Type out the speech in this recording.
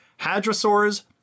hadrosaurs